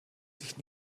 sich